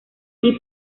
cine